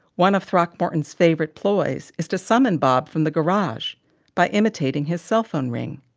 one of throckmorton's favourite ploys is to summon bob from the garage by imitating his cell phone ring.